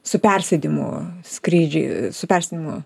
su persėdimu skrydžiai su persėdimu